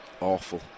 Awful